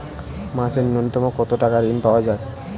মাসে নূন্যতম কত টাকা ঋণ পাওয়া য়ায়?